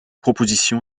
proposition